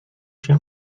się